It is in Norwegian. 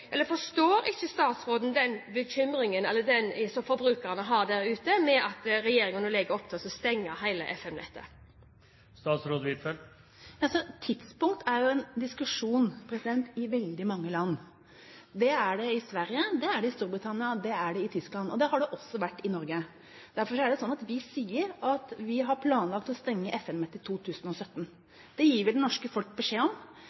Forstår ikke statsråden den bekymring som forbrukerne har der ute når regjeringen legger opp til å stenge hele FM-nettet? Tidspunkt er jo en diskusjon i veldig mange land. Det er det i Sverige, det er det i Storbritannia, og det er det i Tyskland – og det har det også vært i Norge. Derfor er det sånn at vi sier at vi har planlagt å stenge FM-nettet i 2017. Det gir vi det norske folk beskjed